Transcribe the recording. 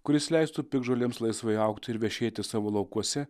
kuris leistų piktžolėms laisvai augti ir vešėti savo laukuose